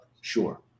Sure